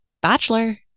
bachelor